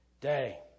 day